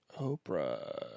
Oprah